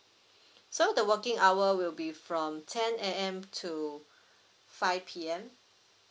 so the working hour will be from ten A_M to five P_M